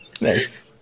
Nice